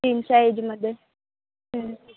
तीन साईजमदे